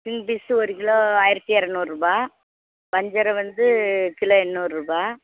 king fish ஒரு kilo ஆயிரத்து இரநூறுபா வஞ்சர வந்து கிலோ எந்நூறுருபா